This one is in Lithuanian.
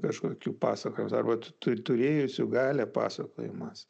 kažkokių pasakojimas arba tu turėjusiu galią pasakojimas